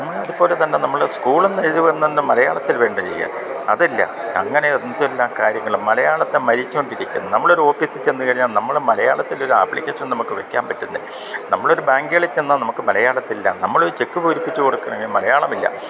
നമ്മളതുപോലെ തന്നെ നമ്മൾ സ്കൂളിൽനിന്ന് എഴുതി വന്നന്ന് മലയാളത്തിൽ വേണ്ടേ ചെയ്യാൻ അതല്ല അങ്ങനെ എന്തെല്ലാം കാര്യങ്ങൾ മലയാളത്തെ മരിച്ചുകൊണ്ടിരിക്കുന്നു നമ്മളൊരു ഓപ്പീസിൽച്ചെന്ന് കഴിഞ്ഞാൽ നമ്മൾ മലയാളത്തിൽ ഒരു ആപ്ലിക്കേഷൻ നമുക്ക് വെക്കാൻ പറ്റുന്നില്ല നമ്മളൊരു ബാങ്കളിൽ ചെന്നാൽ നമുക്ക് മലയാളത്തിലില്ല നമ്മളൊരു ചെക്ക് പൂരിപ്പിച്ച് കൊടുക്കണമെങ്കിൽ മലയാളമില്ല